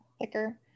thicker